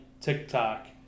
TikTok